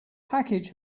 package